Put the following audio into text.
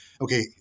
okay